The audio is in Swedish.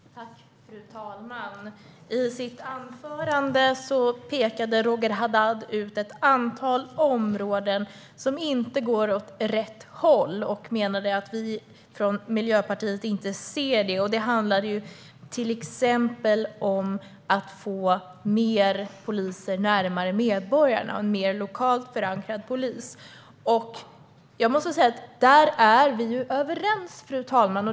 Fru talman! I sitt anförande pekade Roger Haddad ut ett antal områden där det inte går åt rätt håll. Han menade att vi från Miljöpartiet inte ser det. Det handlade till exempel om att få fler poliser närmare medborgarna och om en mer lokalt förankrad polis. Men där måste jag säga att vi är överens, fru talman.